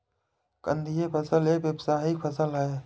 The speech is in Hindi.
कंदीय फसल एक व्यावसायिक फसल है